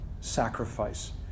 sacrifice